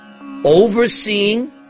Overseeing